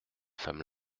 femmes